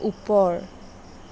ওপৰ